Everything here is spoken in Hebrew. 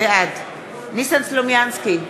בעד ניסן סלומינסקי,